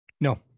No